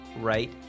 right